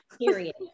Period